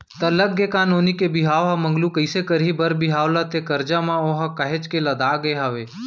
त लग गे का नोनी के बिहाव ह मगलू कइसे करही बर बिहाव ला ते करजा म ओहा काहेच के लदागे हवय